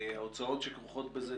ההוצאות שכרוכות בזה,